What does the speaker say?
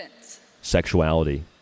sexuality